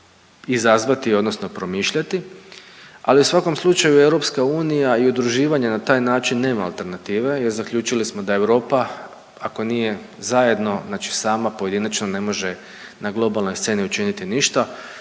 izazvati odnosno promišljati, ali u svakom slučaju EU i udruživanje na taj način nema alternative jer zaključili smo da Europa ako nije zajedno, znači sama pojedinačno ne može na globalnoj sceni učiniti ništa,